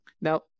Now